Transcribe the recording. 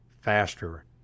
faster